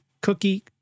cookie